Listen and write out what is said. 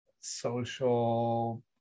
social